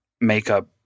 makeup